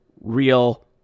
real